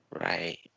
right